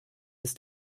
ist